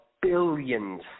Billions